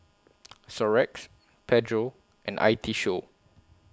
Xorex Pedro and I T Show